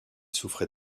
souffrait